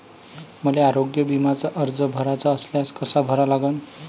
मले आरोग्य बिम्याचा अर्ज भराचा असल्यास कसा भरा लागन?